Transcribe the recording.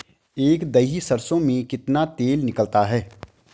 एक दही सरसों में कितना तेल निकलता है?